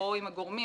או עם הגורמים